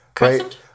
right